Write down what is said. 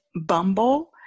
Bumble